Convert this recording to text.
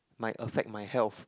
might affect my health